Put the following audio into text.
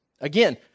Again